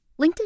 LinkedIn